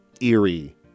eerie